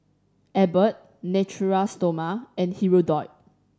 Abbott Natura Stoma and Hirudoid